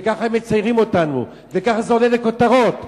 וככה הם מציירים אותנו וככה זה עולה לכותרות.